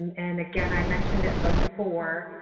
and, again, i've mentioned it before,